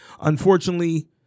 unfortunately